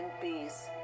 peace